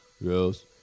Yes